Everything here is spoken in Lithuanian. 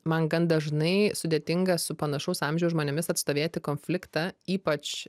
man gan dažnai sudėtinga su panašaus amžiaus žmonėmis atstovėti konfliktą ypač